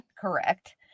Correct